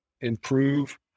improve